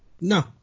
No